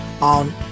on